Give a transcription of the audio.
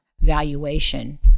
valuation